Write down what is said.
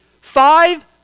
Five